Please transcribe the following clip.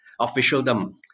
officialdom